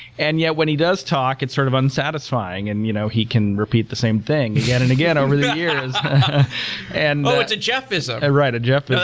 and yet, when he does talk, it's sort of unsatisfying. and you know he can repeat the same thing again and again over the years and so it's a jeff-ism right, a jeff-ism.